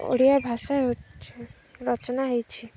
ଓଡ଼ିଆ ଭାଷା ରଚନା ହେଇଛି